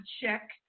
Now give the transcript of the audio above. check